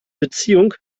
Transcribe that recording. beziehung